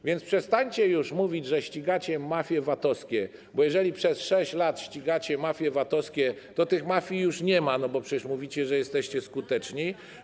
A więc przestańcie już mówić, że ścigacie mafie VAT-owskie, bo jeżeli przez 6 lat ścigacie mafie VAT-owskie, to tych mafii już nie ma, bo przecież mówicie, że jesteście skuteczni.